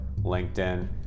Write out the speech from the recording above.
LinkedIn